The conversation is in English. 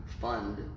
fund